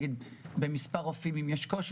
במספר רופאים יש קושי,